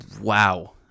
Wow